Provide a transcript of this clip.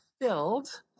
filled